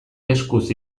eskuz